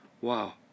Wow